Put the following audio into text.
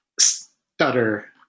stutter